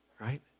right